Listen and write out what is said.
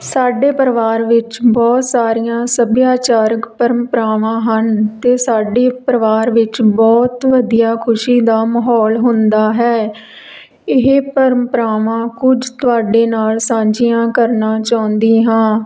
ਸਾਡੇ ਪਰਿਵਾਰ ਵਿੱਚ ਬਹੁਤ ਸਾਰੀਆਂ ਸੱਭਿਆਚਾਰਕ ਪ੍ਰੰਪਰਾਵਾਂ ਹਨ ਅਤੇ ਸਾਡੇ ਪਰਿਵਾਰ ਵਿੱਚ ਬਹੁਤ ਵਧੀਆ ਖੁਸ਼ੀ ਦਾ ਮਾਹੌਲ ਹੁੰਦਾ ਹੈ ਇਹ ਪ੍ਰੰਪਰਾਵਾਂ ਕੁਝ ਤੁਹਾਡੇ ਨਾਲ ਸਾਂਝੀਆਂ ਕਰਨਾ ਚਾਹੁੰਦੀ ਹਾਂ